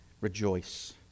rejoice